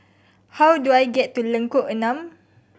how do I get to Lengkok Enam